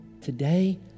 today